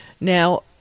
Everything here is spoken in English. Now